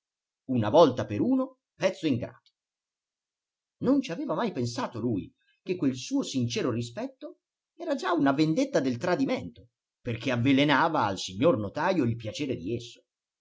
una volta per uno pezzo d'ingrato non ci aveva mai pensato lui che quel suo sincero rispetto era già una vendetta del tradimento perché avvelenava al signor notajo il piacere di esso